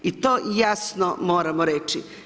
I to jasno moramo reći.